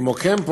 כמו כן,